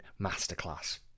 masterclass